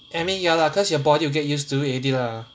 I mean ya lah cause your body will get used to it already lah